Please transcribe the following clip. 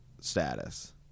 status